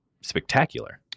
spectacular